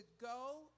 go